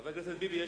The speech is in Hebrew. חבר הכנסת ביבי,